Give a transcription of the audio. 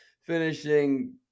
finishing